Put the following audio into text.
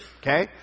Okay